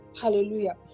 hallelujah